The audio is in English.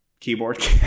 Keyboard